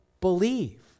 believe